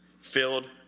filled